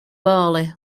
barley